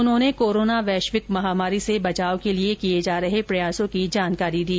उन्होंने कोरोना वैश्विक महामारी से बचाव के लिए किए जा रहे प्रयासों की जानकारी दी